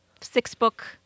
six-book